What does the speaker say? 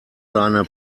seine